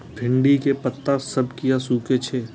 भिंडी के पत्ता सब किया सुकूरे छे?